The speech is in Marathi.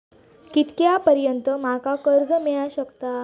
कितक्या पर्यंत माका कर्ज मिला शकता?